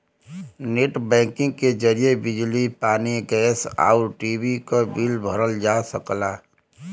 net banking के जरिए बिजली पानी गैस आउर टी.वी क बिल भरल जा सकला